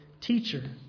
teacher